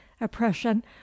oppression